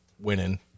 winning